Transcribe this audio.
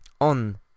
on